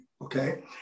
Okay